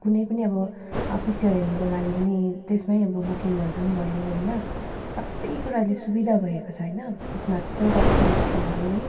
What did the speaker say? कुनै पनि अब पिक्चर हेर्नुको लागि पनि त्यसमै अब बुकिङ गर्दा पनि भयो होइन सबै कुरा अहिले सुविधा भएको छ होइन स्मार्ट एउटा स्मार्ट फोनले नै